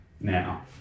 now